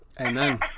Amen